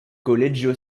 colegio